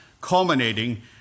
culminating